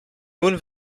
nun